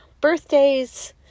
birthdays